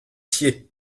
sied